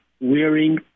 wearing